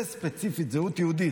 זה, ספציפית, זהות יהודית.